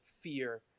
fear